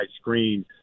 screen